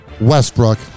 Westbrook